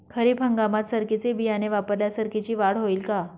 खरीप हंगामात सरकीचे बियाणे वापरल्यास सरकीची वाढ होईल का?